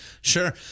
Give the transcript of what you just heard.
Sure